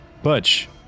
butch